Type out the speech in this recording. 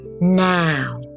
Now